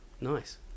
Nice